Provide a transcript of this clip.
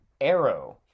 Arrow